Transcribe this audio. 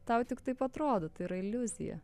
tau tik taip atrodo tai yra iliuzija